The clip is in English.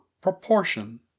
proportion